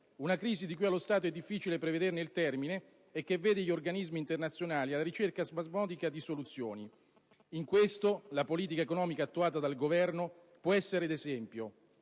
Una crisi, di cui allo stato è difficile prevedere il termine, e che vede gli organismi internazionali alla ricerca spasmodica di soluzioni. In questo, la politica economica attuata dal Governo può essere d'esempio.